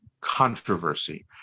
controversy